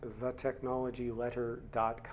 thetechnologyletter.com